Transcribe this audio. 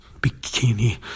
bikini